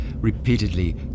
repeatedly